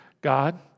God